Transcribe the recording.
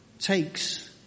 takes